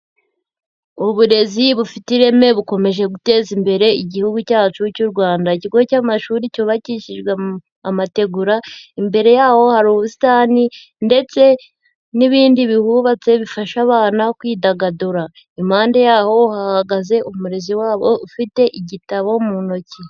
Uburezi bufite ireme bukomeje guteza imbere igihugu cyacu cy'u Rwanda. Ikigo cy'amashuri cyubakishijwe amategura, imbere yaho hari ubusitani ndetse n'ibindi bihubatse bifasha abana kwidagadura. Impande yaho hahagaze umurezi wabo ufite igitabo mu ntoki.